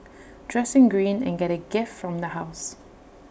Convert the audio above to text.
dress in green and get A gift from the house